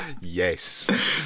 Yes